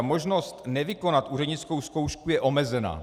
Možnost nevykonat úřednickou zkoušku je omezena.